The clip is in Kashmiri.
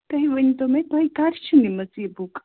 تُہۍ ؤنٛتو مےٚ تُہۍ کَر چھو نِمٕژ یہِ بُک